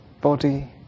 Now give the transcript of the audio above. body